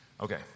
okay